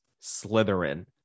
Slytherin